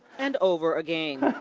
and over again,